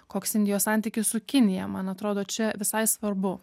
koks indijos santykis su kinija man atrodo čia visai svarbu